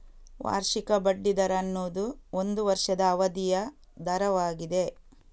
ವಾರ್ಷಿಕ ಬಡ್ಡಿ ದರ ಅನ್ನುದು ಒಂದು ವರ್ಷದ ಅವಧಿಯ ದರವಾಗಿದೆ